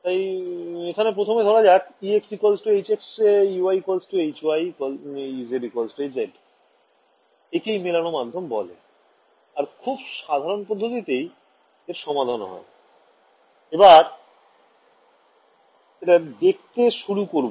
তাই এখানে প্রথমে ধরা যাক ex hx ey hy ez hz একেই matched mediumবলে আর খুব সাধারণ পদ্ধতিতেই এর সমাধান হয় এবার এটা দেখতে শুরু করবো